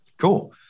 cool